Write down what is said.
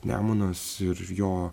nemunas ir jo